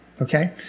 Okay